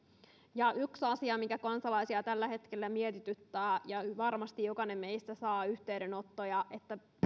yksi asia mikä kansalaisia tällä hetkellä mietityttää ja josta varmasti jokainen meistä saa yhteydenottoja on se